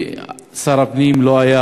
ששר הפנים לא היה